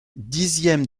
dixième